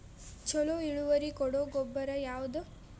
ಛಲೋ ಇಳುವರಿ ಕೊಡೊ ಗೊಬ್ಬರ ಯಾವ್ದ್?